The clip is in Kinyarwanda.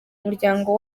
umuryango